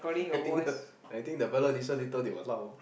I think I think later the fella listen they will laugh